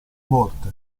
morte